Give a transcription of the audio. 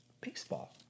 baseball